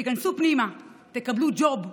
תיכנסו פנימה, תקבלו ג'וב,